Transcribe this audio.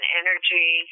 energy